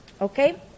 Okay